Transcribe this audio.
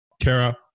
Kara